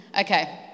Okay